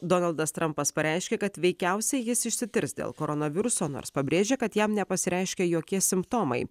donaldas trampas pareiškė kad veikiausiai jis išsitirs dėl koronaviruso nors pabrėžė kad jam nepasireiškė jokie simptomai